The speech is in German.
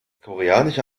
koreanische